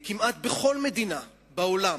כמעט בכל מדינה בעולם